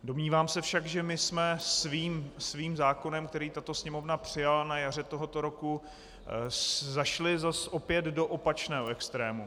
Domnívám se však, že my jsme svým zákonem, který tato Sněmovna přijala na jaře tohoto roku, zašli zase do opačného extrému.